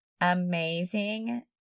amazing